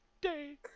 day